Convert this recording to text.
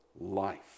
Life